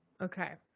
Okay